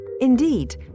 Indeed